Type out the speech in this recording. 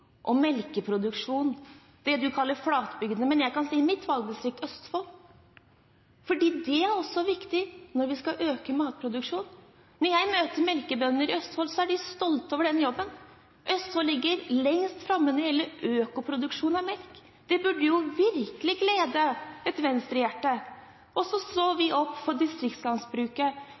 og melkeproduksjon på det en kaller flatbygdene, og jeg kan si i mitt valgdistrikt, Østfold, for det er også viktig når vi skal øke matproduksjonen. Når jeg møter melkebønder i Østfold, er de stolte over den jobben. Østfold ligger lengst framme når det gjelder økoprodusjon av melk. Det burde virkelig glede et Venstre-hjerte. Vi står opp for